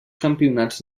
campionats